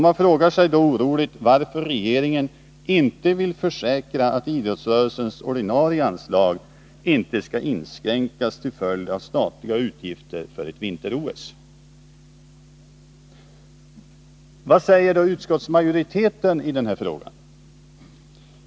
Man frågar sig oroligt varför regeringen inte vill försäkra att idrottsrörelsens ordinarie anslag inte skall inskränkas till följd av statliga utgifter för ett vinter-OS. Vad säger då utskottsmajoriteten i denna fråga?